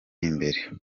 imbere